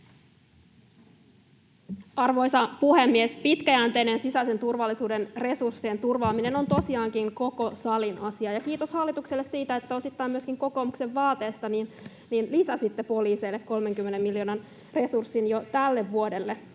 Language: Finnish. Arvoisa puhemies! Pitkäjänteinen sisäisen turvallisuuden resurssien turvaaminen on tosiaankin koko salin asia, ja kiitos hallitukselle siitä, että osittain myöskin kokoomuksen vaateesta lisäsitte poliiseille 30 miljoonan resurssin jo tälle vuodelle.